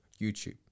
YouTube